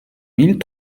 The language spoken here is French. mille